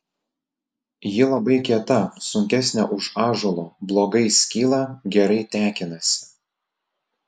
ji labai kieta sunkesnė už ąžuolo blogai skyla gerai tekinasi